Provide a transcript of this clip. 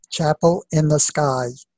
chapelinthesky